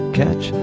catch